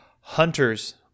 Hunters